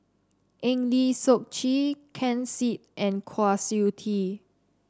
Eng Lee Seok Chee Ken Seet and Kwa Siew Tee